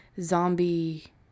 zombie